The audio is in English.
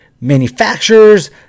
manufacturers